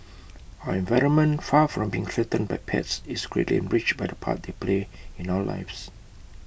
our environment far from being threatened by pets is greatly enriched by the part they play in our lives